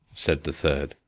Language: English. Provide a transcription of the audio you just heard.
said the third.